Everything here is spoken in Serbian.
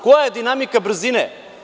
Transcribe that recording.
Koja je dinamika brzine?